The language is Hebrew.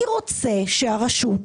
אני רוצה שהרשות,